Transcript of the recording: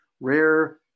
rare